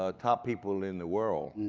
ah top people in the world,